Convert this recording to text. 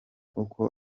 uko